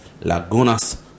Lagunas